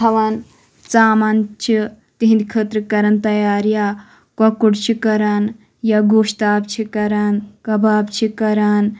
تھاوان ژامَن چھِ تِہٕنٛدِ خٲطرٕ کَران تیار یا کۄکُر چھِ کَران یا گوشتاب چھِ کَران کَباب چھِ کَران